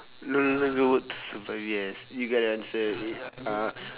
no longer go work to survive yes you gotta answer yeah uh